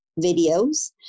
videos